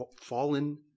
fallen